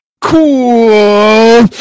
Cool